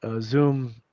zoom